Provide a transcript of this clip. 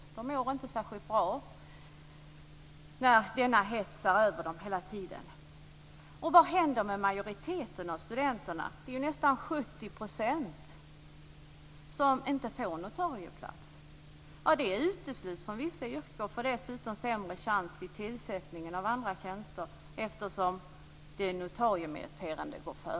Studenterna mår inte särskilt bra när denna hets är över dem hela tiden. Och vad händer med majoriteten av studenterna? Det är ju nästan 70 % som inte får notarieplats. De utesluts från vissa yrken och får dessutom sämre chans vid tillsättningen av andra tjänster eftersom de notariemeriterade går före.